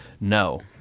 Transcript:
No